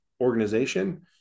organization